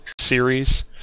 series